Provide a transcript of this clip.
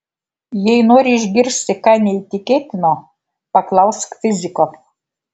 jei nori išgirsti ką neįtikėtino paklausk fiziko